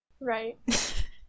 right